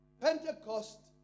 Pentecost